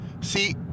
See